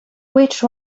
which